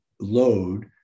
load